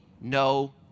no